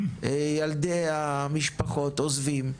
ילדי המשפחות עוזבים,